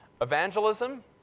evangelism